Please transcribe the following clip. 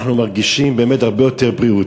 אנחנו מרגישים באמת הרבה יותר בריאות,